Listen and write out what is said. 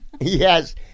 yes